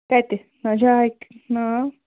تَتہِ نہَ جاے ناو